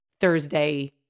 Thursday